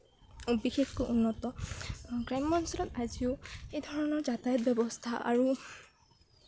বিশেষকৈ উন্নত গ্ৰাম্য অঞ্চলত আজিও এই ধৰণৰ যাতায়ত ব্যৱস্থা আৰু